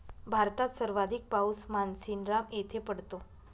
भारतात सर्वाधिक पाऊस मानसीनराम येथे पडतो